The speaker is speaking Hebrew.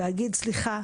ואגיד סליחה,